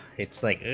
it's like